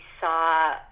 saw